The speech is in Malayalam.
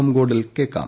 എം ഗോൾഡിൽ കേൾക്കാം